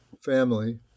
family